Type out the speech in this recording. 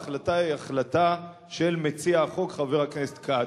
ההחלטה היא החלטה של מציע החוק חבר הכנסת כץ.